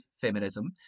feminism